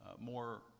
more